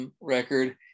record